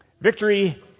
Victory